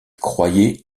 croyait